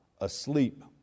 asleep